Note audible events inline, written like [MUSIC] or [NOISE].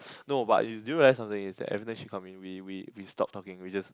[NOISE] no but [NOISE] did you realise something is that every time she come in we we we stop talking we just